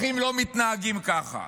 אחים לא מתנהגים ככה.